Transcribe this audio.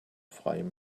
freiem